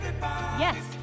yes